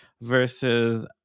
versus